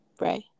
right